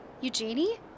Eugenie